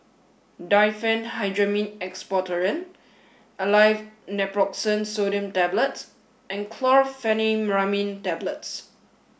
Diphenhydramine Expectorant Aleve Naproxen Sodium Tablets and Chlorpheniramine Tablets